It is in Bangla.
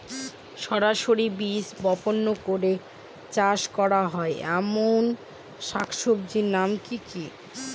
সরাসরি বীজ বপন করে চাষ করা হয় এমন শাকসবজির নাম কি কী?